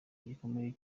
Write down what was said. gikomeye